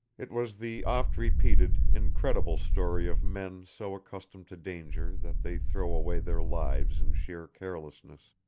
it was the oft-repeated, incredible story of men so accustomed to danger that they throw away their lives in sheer carelessness.